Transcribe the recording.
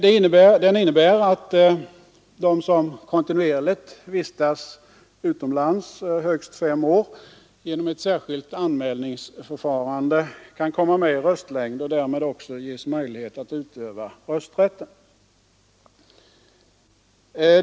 Den innebär att de som kontinuerligt vistas utomlands högst fem år genom ett särskilt anmälningsförfarande kan komma med i röstlängd och därmed också ges möjlighet att utöva rösträtten.